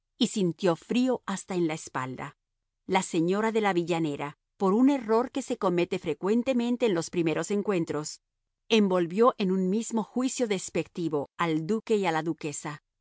y sintió frío hasta en la espalda la señora de villanera por un error que se comete frecuentemente en los primeros encuentros envolvió en un mismo juicio despectivo al duque y a la duquesa